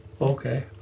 Okay